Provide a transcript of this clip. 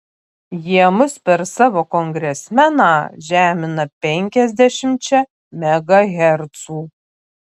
jie mus per savo kongresmeną žemina penkiasdešimčia megahercų